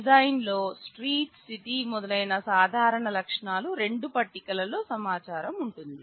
design లో street city మొదలైన సాధారణ లక్షణాల రెండు పట్టికలలో సమాచారం ఉంటుంది